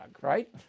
right